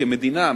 כמדינה,